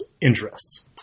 interests